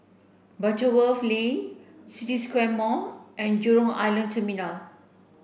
Butterworth Lane City Square Mall and Jurong Island Terminal